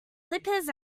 slippers